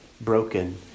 broken